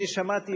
אני שמעתי,